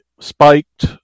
spiked